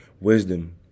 wisdom